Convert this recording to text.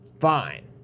fine